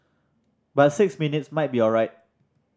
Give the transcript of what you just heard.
but six minutes might be alright